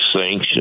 sanction